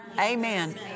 Amen